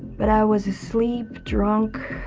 but i was asleep drunk?